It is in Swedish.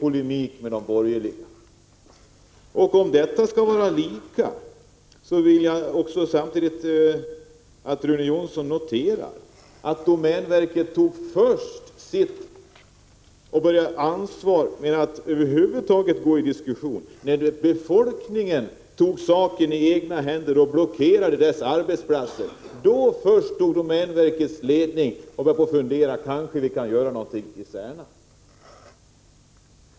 Om kraven på socialt ansvar skall vara lika, ber jag Rune Jonsson notera att domänverket började gå in i diskussion först när befolkningen tog saken i egna händer och blockerade arbetsplatsen. Först då började domänverkets ledning att fundera över om man kanske skulle göra någonting i Särna.